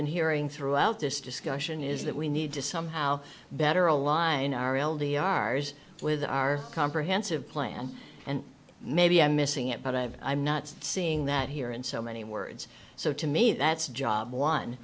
been hearing throughout this discussion is that we need to somehow better align our l d r's with our comprehensive plan and maybe i'm missing it but i have i'm not seeing that here in so many words so to me that's job one